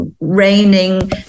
raining